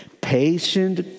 Patient